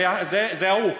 זה הוא.